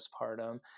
postpartum